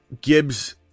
Gibbs